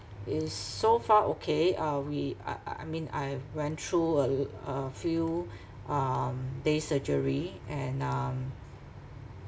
is so far okay uh we uh uh I mean I went through a l~ a few um day surgery and um